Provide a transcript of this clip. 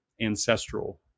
Ancestral